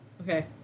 Okay